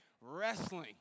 wrestling